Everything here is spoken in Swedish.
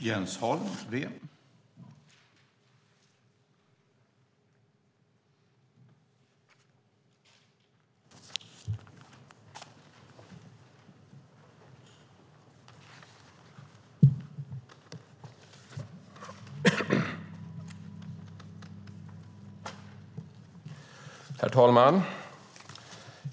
Herr talman!